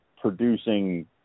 producing